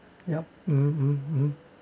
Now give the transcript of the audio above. yup mm um um